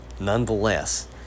nonetheless